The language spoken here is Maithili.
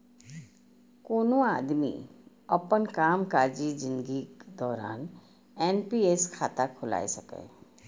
कोनो आदमी अपन कामकाजी जिनगीक दौरान एन.पी.एस खाता खोला सकैए